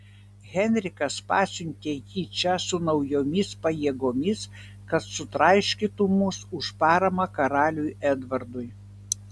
henrikas pasiuntė jį čia su naujomis pajėgomis kad sutraiškytų mus už paramą karaliui edvardui